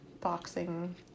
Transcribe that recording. boxing